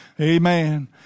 Amen